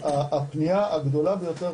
הפנייה הגדולה ביותר,